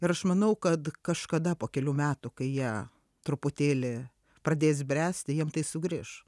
ir aš manau kad kažkada po kelių metų kai jie truputėlį pradės bręsti jiem tai sugrįš